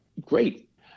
great